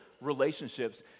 relationships